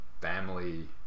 family